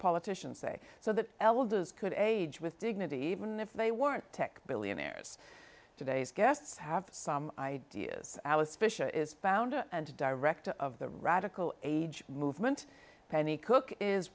politician say so that elders could age with dignity if they weren't tech billionaires today's guests have some ideas alice fisher is founder and director of the radical moves went penny cook is